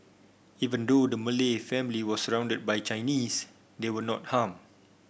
even though the Malay family was surrounded by Chinese they were not harmed